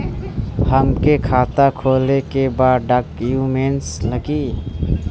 हमके खाता खोले के बा का डॉक्यूमेंट लगी?